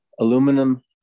aluminum